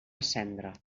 cendra